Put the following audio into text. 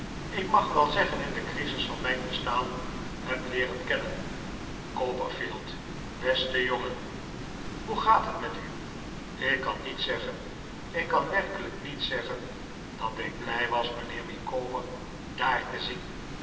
ik mag wel zeggen in de crisis van mijn bestaan heb leeren kennen copperfield beste jongen hoe gaat het met u ik kan niet zeggen ik kan werkelijk niet zeggen dat ik blij was mijnheer micawber daar te zien